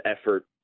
effort